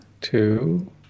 two